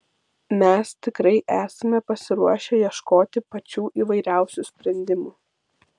mes tikrai esame pasiruošę ieškoti pačių įvairiausių sprendimų